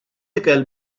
ikel